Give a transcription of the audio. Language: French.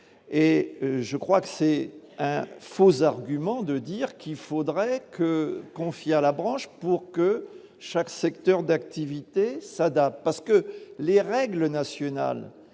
et je crois que c'est un faux argument, de dire qu'il faudrait que confie à la branche pour que chaque secteur d'activité adapte parce que les règles nationales